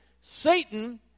Satan